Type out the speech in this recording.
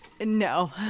No